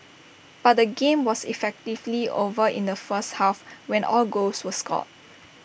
but the game was effectively over in the first half when all goals were scored